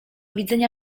widzenia